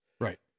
Right